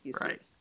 Right